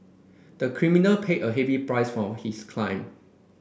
the criminal paid a heavy price for his crime